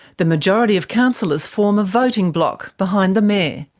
the majority of councillors form a voting bloc behind the mayor.